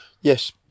Yes